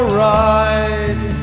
ride